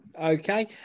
Okay